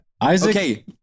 Isaac